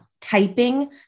typing